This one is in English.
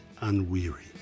unweary